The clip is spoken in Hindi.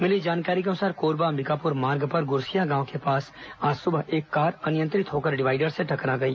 मिली जानकारी के अनुसार कोरबा अंबिकापुर मार्ग पर गुरसियां गांव के पास आज सुबह एक कार अनियंत्रित होकर डिवाईडर से टकरा गई